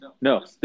no